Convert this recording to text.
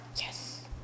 Yes